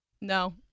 No